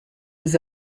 was